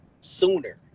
sooner